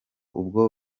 ubwo